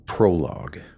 Prologue